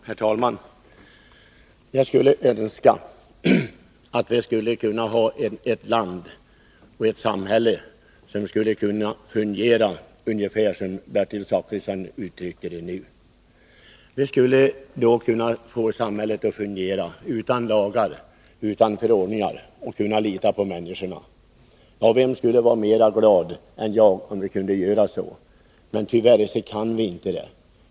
Herr talman! Jag skulle önska att vårt samhälle fungerade på det sätt som Bertil Zachrisson uttrycker det. Det skulle alltså fungera utan lagar och förordningar, och vi skulle kunna lita på människorna. Vem vore mer glad än jag om det förhöll sig på det sättet! Men tyvärr gör det inte det.